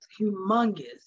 humongous